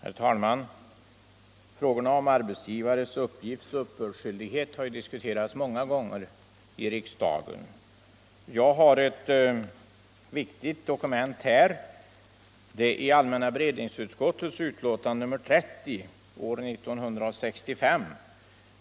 Herr talman! Frågorna om arbetsgivares uppgiftsoch uppbördsskyldighet har diskuterats många gånger i riksdagen. Jag har här ett viktigt dokument — det är allmänna beredningsutskottets utlåtande nr 30 år 1965.